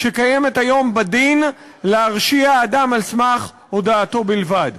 שקיימת היום בדין להרשיע אדם על סמך הודאתו בלבד.